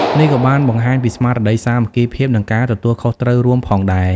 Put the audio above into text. នេះក៏បានបង្ហាញពីស្មារតីសាមគ្គីភាព និងការទទួលខុសត្រូវរួមផងដែរ ។